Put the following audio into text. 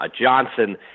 Johnson